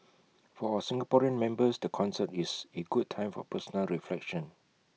for our Singaporean members the concert is A good time for personal reflection